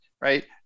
right